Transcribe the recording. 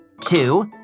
two